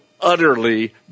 utterly